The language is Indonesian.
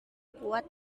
kuat